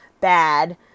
bad